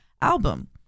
album